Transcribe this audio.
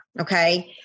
okay